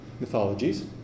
mythologies